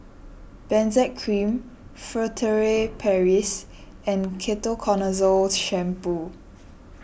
Benzac Cream Furtere Paris and Ketoconazole Shampoo